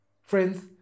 Friends